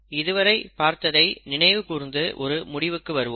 இதுவரை பார்த்ததை நினைவு கூர்ந்து ஒரு முடிவுக்கு வருவோம்